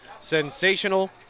sensational